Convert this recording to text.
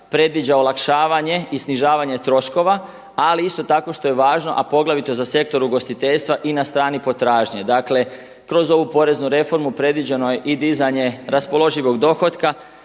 predviđa olakšavanje i snižavanje troškova, ali isto tako što je važno, a poglavito za sektor ugostiteljstva i na strani potražnje. Dakle kroz ovu poreznu reformu predviđeno je i dizanje raspoloživog dohotka,